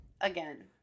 Again